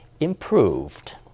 improved